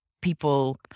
people